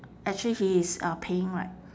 actually he is uh paying right